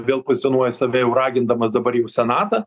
vėl pozicionuoja save jau ragindamas dabar jau į senatą